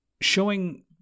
showing